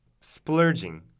splurging